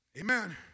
Amen